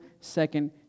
second